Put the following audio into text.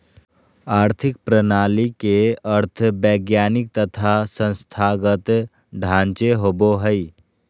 आर्थिक प्रणाली के अर्थ वैधानिक तथा संस्थागत ढांचे होवो हइ